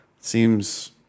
seems